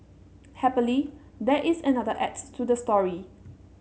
happily there is another acts to the story